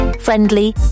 friendly